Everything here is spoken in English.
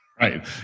Right